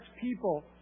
people